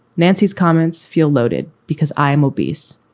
nancy's comments feel loaded because i'm obese,